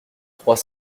trois